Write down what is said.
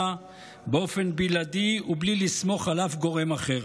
באופן בלעדי ובלי לסמוך על אף גורם אחר.